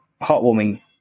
heartwarming